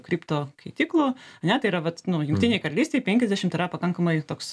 kripto keityklų ane tai yra vat nu jungtinė karalystė penkiasdešimt yra pakankamai toks